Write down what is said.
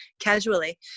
casually